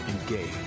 engage